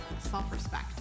self-respect